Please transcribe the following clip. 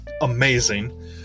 amazing